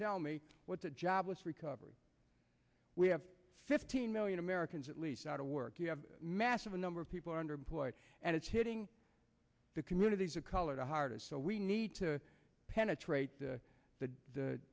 tell me what the jobless recovery we have fifteen million americans at least out of work you have a massive number of people are underemployed and it's hitting the communities of color hardest so we need to penetrate the